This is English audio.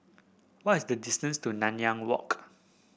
what is the distance to Nanyang Walk